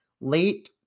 Late